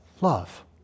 love